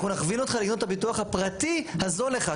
אנחנו נכווין אותך לקנות את הביטוח הפרטי הזול לך,